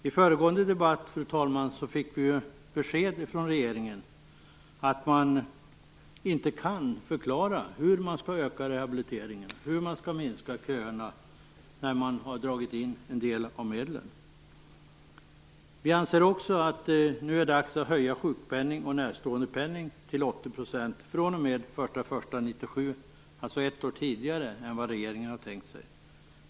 I den föregående debatten fick vi besked från regeringen att man inte kan förklara hur man skall öka rehabiliteringen och minska köerna när man har dragit in en del av medlen. Vi anser också att det nu är dags att höja sjukpenning och närståendepenning till 80 % fr.o.m. den 1 januari 1997, dvs. ett år tidigare än vad regeringen har tänkt sig.